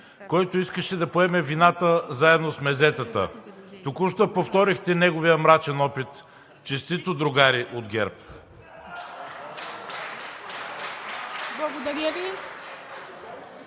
който искаше да поеме вината заедно с мезетата. Току-що повторихте неговия мрачен опит. Честито, другари от ГЕРБ! (Ръкопляскания